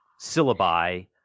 syllabi